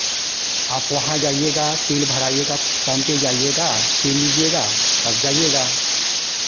आप वहाँ जाइएगा तेल भराइएगा पम्प पे जाइएगा तेल लीजिएगा तब जाइएगा